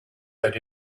that